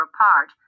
apart